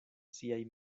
siaj